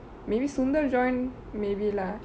maybe sunda join maybe lah